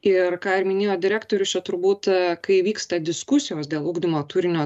ir ką ir minėjo direktorius čia turbūt kai vyksta diskusijos dėl ugdymo turinio